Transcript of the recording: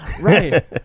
Right